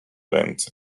ręce